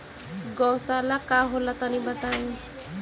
गौवशाला का होला तनी बताई?